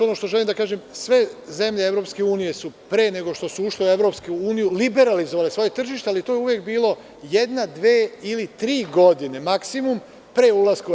Ono što želim da kažem jeste da su sve zemlje EU pre nego što su ušle u EU liberalizovale svoje tržište, ali to je uvek bilo jedna, dve ili tri godine, maksimum, pre ulaska u EU.